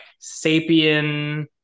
Sapien